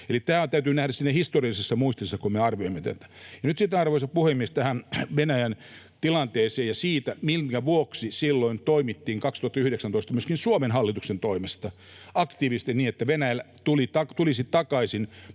tämä täytyy nähdä siinä historiallisessa muistissa, kun me arvioimme tätä. Ja nyt sitten, arvoisa puhemies, tähän Venäjän tilanteeseen ja siihen, minkä vuoksi silloin 2019 toimittiin myöskin Suomen hallituksen toimesta aktiivisesti niin, että Venäjä tulisi takaisin